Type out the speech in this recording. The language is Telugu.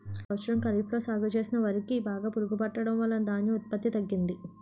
ఈ సంవత్సరం ఖరీఫ్ లో సాగు చేసిన వరి కి బాగా పురుగు పట్టడం వలన ధాన్యం ఉత్పత్తి తగ్గింది